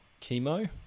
chemo